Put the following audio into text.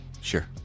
sure